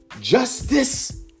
justice